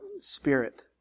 spirit